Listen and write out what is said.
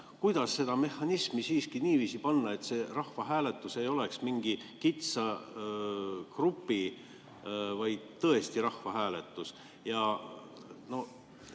Kuidas seda mehhanismi siiski niiviisi teha, et see rahvahääletus ei oleks mingi kitsa grupi, vaid tõesti rahva hääletus? Teiseks